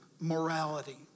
morality